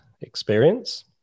experience